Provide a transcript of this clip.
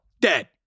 dead